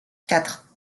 quatre